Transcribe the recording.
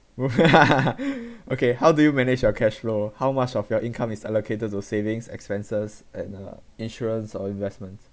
okay how do you manage your cash flow how much of your income is allocated to savings expenses and uh insurance or investments